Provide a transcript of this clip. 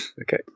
Okay